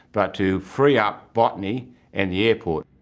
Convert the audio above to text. but to free up botany and the airport.